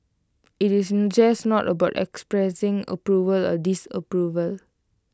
IT is just no about expressing approval or disapproval